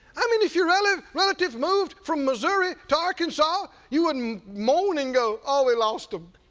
i mean if your relatives relatives moved from missouri to arkansas you wouldn't moan and go, oh, we lost them.